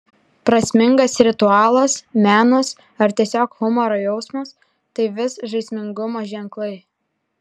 prasmingas ritualas menas ar tiesiog humoro jausmas tai vis žaismingumo ženklai